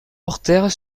portèrent